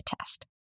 test